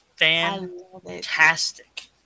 Fantastic